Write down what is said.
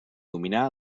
dominar